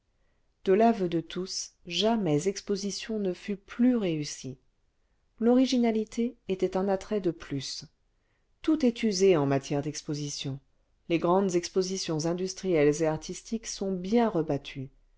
de l'aveu de tous jamais exposition ne fut plus réussie l'originalité était un attrait de plus tout est usé en matière d'expositions les grandes expositions industrielles et artistiques sont bien rebattues